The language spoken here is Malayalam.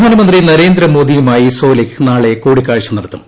പ്രധാനമന്ത്രി നരേന്ദ്രമോദിയുമായി സോലിഹ് നാളെ കൂടിക്കാഴ്ച നടത്തും